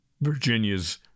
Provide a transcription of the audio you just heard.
virginia's